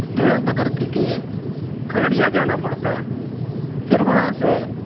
train پکڑ کے کے کھگڑیا جانا پڑتا پھر وہاں سے